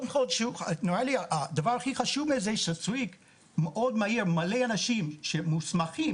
הדבר הכי חשוב הוא שצריך אנשים מוסמכים